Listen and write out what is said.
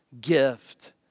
gift